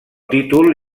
títol